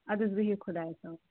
اَدٕ حظ بِہِو خۄدایَس حَوال